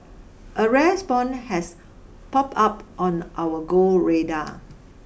a rare spawn has pop up on our Go radar